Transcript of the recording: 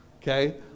Okay